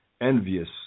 envious